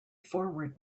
forward